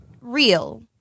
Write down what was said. real